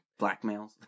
Blackmails